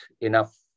enough